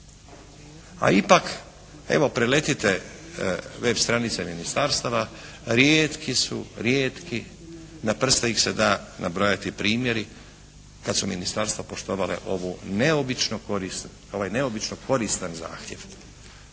A ipak evo, preletite web. stranice ministarstava, rijetki su, rijetki, na prste ih se da nabrojati primjeri kad su ministarstva poštovala ovaj neobično koristan zahtjev.